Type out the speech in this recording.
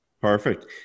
Perfect